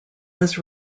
was